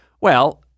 Well-